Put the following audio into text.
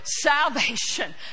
salvation